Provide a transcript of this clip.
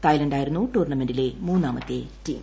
തായ്ലന്റായിരുന്നു ടൂർണമെന്റില്ല മൂന്നാമത്തെ ടീം